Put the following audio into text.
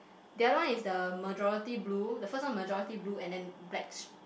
the other one is the majority blue the first one majority blue and then black str~